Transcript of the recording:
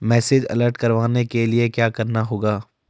Message alert करवाने के लिए क्या करना होगा?